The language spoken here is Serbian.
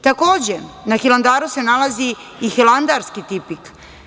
Takođe, na Hilandaru se nalazi i Hilandarski tipik.